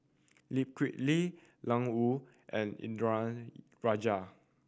Lee Kip Lee Ian Woo and Indranee Rajah